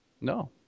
No